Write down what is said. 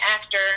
actor